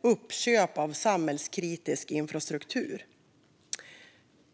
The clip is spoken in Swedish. och uppköp av samhällskritisk infrastruktur.